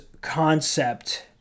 concept